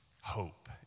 hope